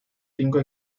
cinco